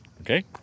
Okay